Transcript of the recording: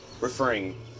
referring